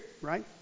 right